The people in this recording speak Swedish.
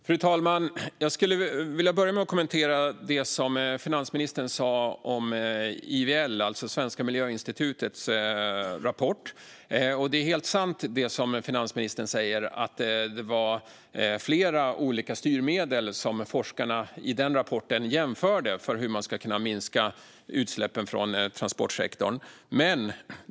Fru talman! Jag vill börja med att kommentera det som finansministern sa om IVL Svenska Miljöinstitutets rapport. Det är helt sant som finansministern säger att forskarna i den rapporten jämförde flera olika styrmedel för hur man ska kunna minska utsläppen från transportsektorn.